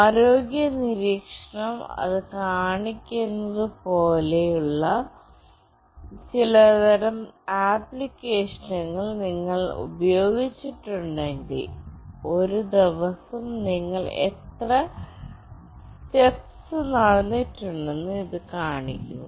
ആരോഗ്യ നിരീക്ഷണം അത് കാണിക്കുന്നത് പോലുള്ള ചിലതരം ആപ്ലിക്കേഷനുകൾ നിങ്ങൾ ഉപയോഗിച്ചിട്ടുണ്ടെങ്കിൽ ഒരു ദിവസം നിങ്ങൾ എത്ര സ്റെപ്സ് നടന്നിട്ടുണ്ടെന്ന് ഇത് കാണിക്കുന്നു